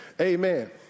Amen